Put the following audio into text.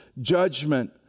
judgment